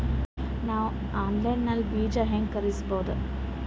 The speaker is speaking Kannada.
ನಾವು ಆನ್ಲೈನ್ ನಲ್ಲಿ ಬೀಜ ಹೆಂಗ ಖರೀದಿಸಬೋದ?